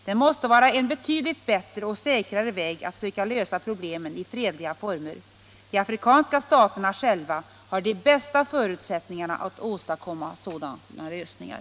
Det måste vara en betydligt bättre och säkrare väg att söka lösa problemen i fredliga former. De afrikanska staterna själva har de bästa förutsättningarna att åstadkomma sådana lösningar.